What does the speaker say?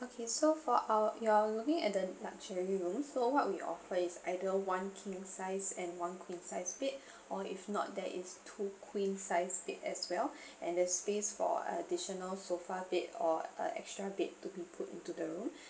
okay so for our you're looking at the luxury room so what we offer is either one king size and one queen size bed or if not there is two queen size bed as well and there's space for additional sofa bed or a extra bed to be put into the room